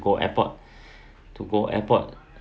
to go airport to go airport